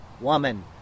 woman